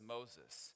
Moses